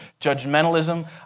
judgmentalism